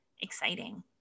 exciting